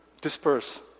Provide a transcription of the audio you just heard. disperse